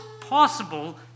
possible